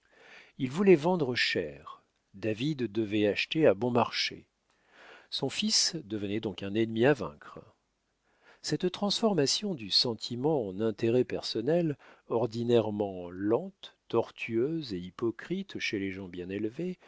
il voulait vendre cher david devait acheter à bon marché son fils devenait donc un ennemi à vaincre cette transformation du sentiment en intérêt personnel ordinairement lente tortueuse et hypocrite chez les gens bien élevés